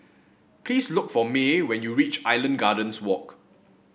please look for May when you reach Island Gardens Walk